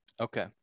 Okay